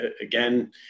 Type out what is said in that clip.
again